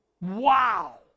Wow